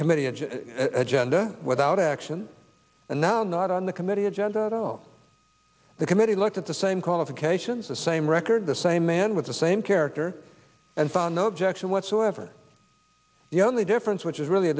committee of agenda without action and now not on the committee agenda though the committee looked at the same qualifications the same record the same man with the same character found no objection whatsoever the only difference which is really a